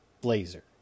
Blazer